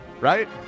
Right